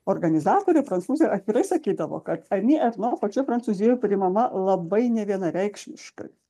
organizatorė prancūzė atvirai sakydavo kad ani erno pačioj prancūzijoj priimama labai nevienareikšmiškai